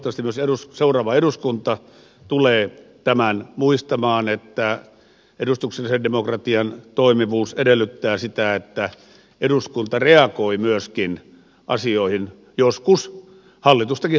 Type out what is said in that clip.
toivottavasti myös seuraava eduskunta tulee tämän muistamaan että edustuksellisen demokratian toimivuus edellyttää sitä että eduskunta reagoi myöskin asioihin joskus hallitustakin harmittavalla tavalla